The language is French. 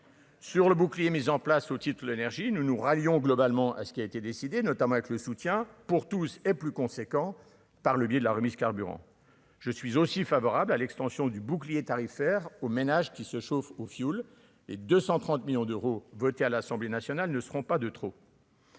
Sur le bouclier mises en place au titre, l'énergie, nous nous rallierons globalement à ce qui a été décidé, notamment avec le soutien pour tous et plus conséquent, par le biais de la remise carburant je suis aussi favorable à l'extension du bouclier tarifaire aux ménages qui se chauffent au fioul et 230 millions d'euros votée à l'Assemblée nationale ne seront pas de trop.